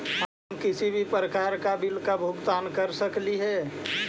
हम किसी भी प्रकार का बिल का भुगतान कर सकली हे?